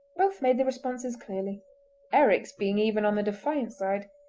both made the responses clearly eric's being even on the defiant side.